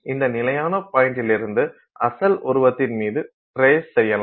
இந்த நிலையான பாய்ண்டிலிருந்து அசல் உருவத்தின் மீது ட்ரேஸ் செய்யலாம்